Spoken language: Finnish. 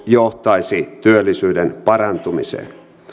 johtaisi työllisyyden parantumiseen